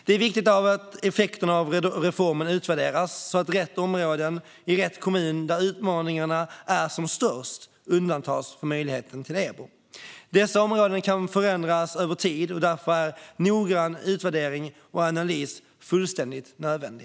Det är viktigt att effekterna av reformen utvärderas så att rätt områden i de kommuner där utmaningarna är som störst undantas från möjligheten till EBO. Dessa områden kan förändras över tid, och därför är en noggrann utvärdering och analys fullständigt nödvändig.